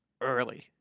early